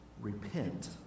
Repent